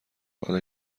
حالا